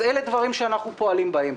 אז אלה דברים שאנחנו פועלים בהם.